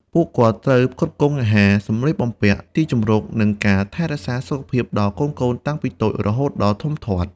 ពួកគាត់ត្រូវផ្គត់ផ្គង់អាហារ សំលៀកបំពាក់ ទីជម្រកនិងការថែទាំសុខភាពដល់កូនៗតាំងពីតូចរហូតដល់ធំធាត់។